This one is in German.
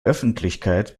öffentlichkeit